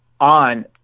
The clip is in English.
on